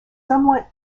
somewhat